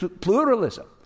pluralism